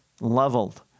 leveled